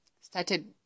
started